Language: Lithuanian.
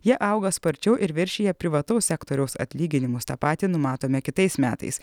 jie auga sparčiau ir viršija privataus sektoriaus atlyginimus tą patį numatome kitais metais